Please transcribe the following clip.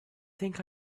think